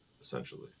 Essentially